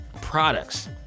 products